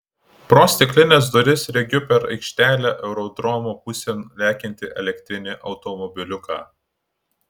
pro stiklines duris regiu per aikštelę aerodromo pusėn lekiantį elektrinį automobiliuką